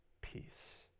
peace